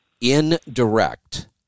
indirect